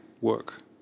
work